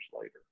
later